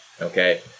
okay